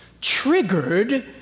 triggered